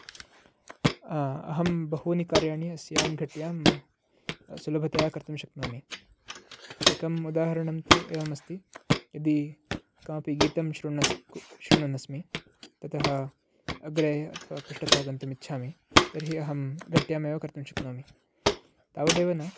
अहं बहूनि कार्याणि अस्यां घट्यां सुलभतया कर्तुं शक्नोमि एकम् उदाहरणं तु एवमस्ति यदि कमपि गीतं शृण्वन् अस्मि ततः अग्रे अथवा पृष्ठतः गन्तुम् इच्छामि तर्हि अहं घट्यामेव कर्तुं शक्नोमि तावदेव न